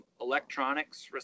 electronics